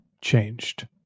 changed